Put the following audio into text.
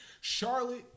Charlotte